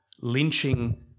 lynching